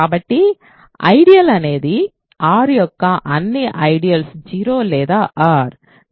కాబట్టి ఐడియల్ అనేది R యొక్క అన్ని ఐడియల్స్ 0 లేదా R